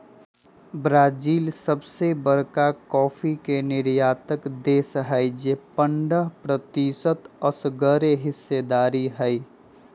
Brazil सबसे बरका coffee के निर्यातक देश हई जे पंडह प्रतिशत असगरेहिस्सेदार हई